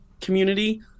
community